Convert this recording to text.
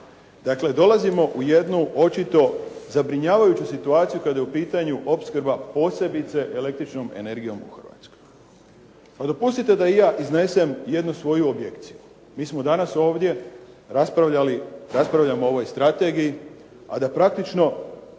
dakle dolazimo u jednu očito zabrinjavajuću situaciju kada je u pitanju opskrba posebice električnom energijom u Hrvatskoj. Dopustite da ja iznesem jednu svoju objekciju, mi danas raspravljamo ovdje o ovoj Strategiji a da praktično